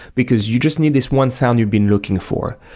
because you just need this one sound you've been looking for.